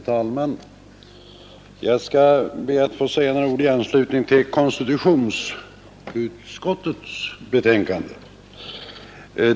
Herr talman! Jag skall be att få säga några ord i anslutning till konstitutionsutskottets betänkande.